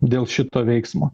dėl šito veiksmo